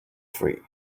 free